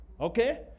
Okay